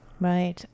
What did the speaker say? Right